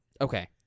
Okay